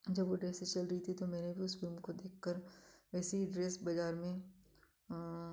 जब वह ड्रेसे चल रही थी तो मेरे भी उस फ़िल्म को देखकर वैसी ही ड्रेस बाज़ार में